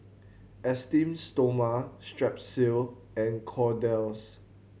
Esteem Stoma Strepsils and Kordel's